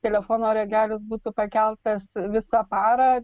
telefono ragelis būtų pakeltas visą parą